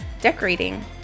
decorating